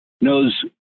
knows